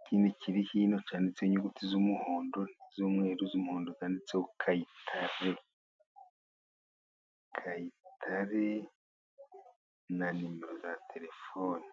ikindi kiri hino cyanditse inyuguti z'umuhondo, ni z'umweru, z'umuhondo zandetseho kayitare, kayitare na nimero za telefoni.